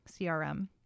CRM